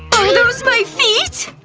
are those my feet?